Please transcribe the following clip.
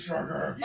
Sugar